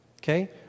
Okay